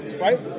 right